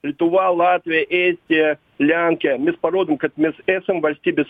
lietuva latvija estija lenkija mes parodom kad mes esam valstybės